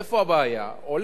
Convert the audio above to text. עולים, זה עשר שנים.